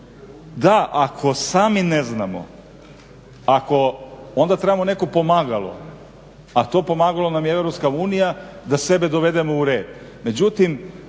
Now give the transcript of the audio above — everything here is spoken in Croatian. tome, ako sami ne znamo onda trebamo neko pomagalo, a to pomagalo nam je Europska unija da sebe dovedemo u red,